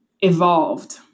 evolved